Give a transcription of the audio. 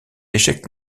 échec